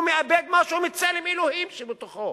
הוא מאבד משהו מצלם אלוהים שבתוכו.